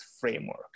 framework